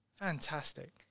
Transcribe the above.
fantastic